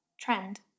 trend